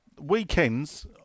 Weekends